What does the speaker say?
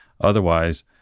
Otherwise